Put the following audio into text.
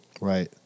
Right